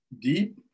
deep